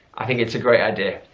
i think it's a great idea.